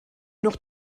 noch